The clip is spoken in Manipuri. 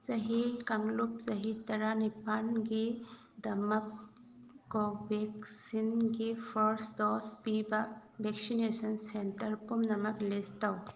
ꯆꯍꯤ ꯀꯥꯡꯂꯨꯞ ꯆꯍꯤ ꯇꯔꯥꯅꯤꯄꯥꯟ ꯒꯤꯗꯃꯛ ꯀꯣꯚꯦꯛꯁꯤꯟꯒꯤ ꯐꯥꯔꯁ ꯗꯣꯁ ꯄꯤꯕ ꯚꯦꯛꯁꯤꯅꯦꯁꯟ ꯁꯦꯟꯇꯔ ꯄꯨꯝꯅꯃꯛ ꯂꯤꯁ ꯇꯧ